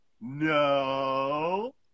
no